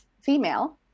female